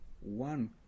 one